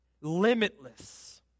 Limitless